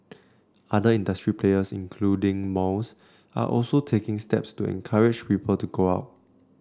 other industry players including malls are also taking steps to encourage people to go out